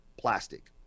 plastic